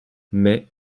mais